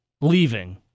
leaving